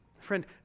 Friend